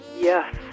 Yes